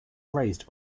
raised